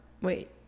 wait